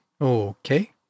okay